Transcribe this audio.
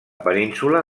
península